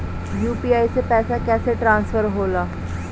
UPI से पैसा कैसे ट्रांसफर होला?